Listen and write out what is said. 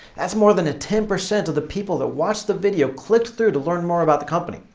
that's more than ten percent of the people that watched the video clicked through to learn more about the company.